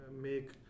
make